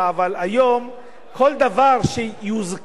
אבל היום כל דבר שיוזכר,